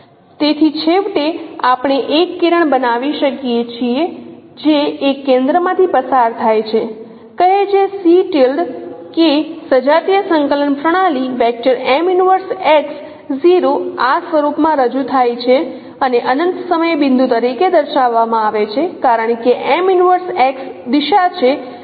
તેથી છેવટે આપણે એક કિરણ બનાવી શકીએ છીએ જે એક કેન્દ્રમાંથી પસાર થાય છે કહે છે કે સજાતીય સંકલન પ્રણાલી આ સ્વરૂપમાં રજૂ થાય છે અને અનંત સમયે બિંદુ તરીકે દર્શાવવામાં આવે છે કારણ કે દિશા છે